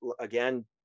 again